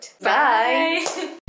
Bye